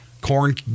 corn